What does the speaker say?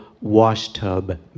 washtub